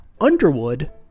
Underwood